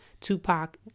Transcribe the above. Tupac